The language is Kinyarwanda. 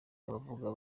abavuga